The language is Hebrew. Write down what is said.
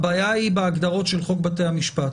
הבעיה היא בהגדרות של חוק בתי המשפט.